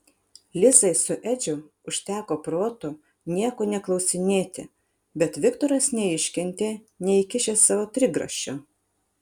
lisai su edžiu užteko proto nieko neklausinėti bet viktoras neiškentė neįkišęs savo trigrašio